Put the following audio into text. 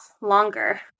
longer